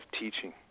teaching